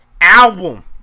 album